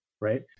right